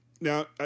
Now